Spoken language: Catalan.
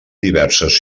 diverses